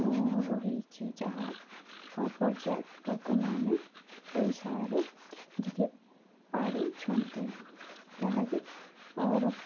ରହିଛି ଯାହା ପର୍ଯ୍ୟଟକମାନେ ଓଡ଼ିଶାରେ ଦେଖି ପାରିଛନ୍ତି ଯାହାକି ଅର